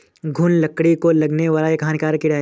घून लकड़ी को लगने वाला एक हानिकारक कीड़ा है